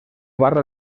barra